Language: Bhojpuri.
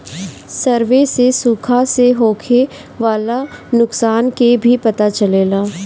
सर्वे से सुखा से होखे वाला नुकसान के भी पता चलेला